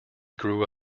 grew